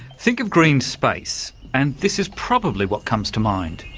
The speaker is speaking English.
think of green space, and this is probably what comes to mind